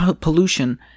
pollution